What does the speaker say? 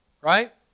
Right